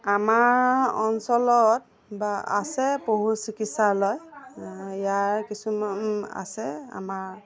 আমাৰ অঞ্চলত বা আছে পশু চিকিৎসালয় ইয়াৰ কিছু মান আছে আমাৰ